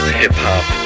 hip-hop